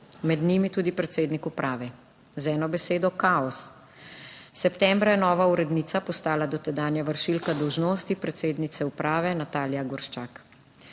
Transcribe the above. med njimi tudi predsednik uprave. Z eno besedo: kaos! Septembra je nova urednica postala dotedanja vršilka dolžnosti predsednice uprave Natalija Gorščak.